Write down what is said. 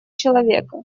человека